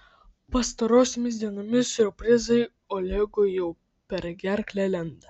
pastarosiomis dienomis siurprizai olegui jau per gerklę lenda